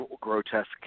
grotesque